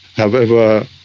however,